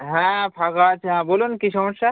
হ্যাঁ ফাঁকা আছি হ্যাঁ বলুন কী সমস্যা